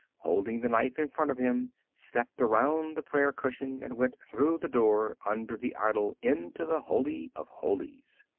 holding the knife in front of him, stepped around the prayer-cushion and went through the door under the idol into the holy of holies.